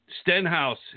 Stenhouse